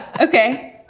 Okay